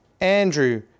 Andrew